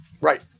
Right